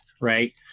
right